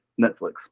Netflix